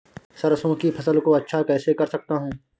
सरसो की फसल को अच्छा कैसे कर सकता हूँ?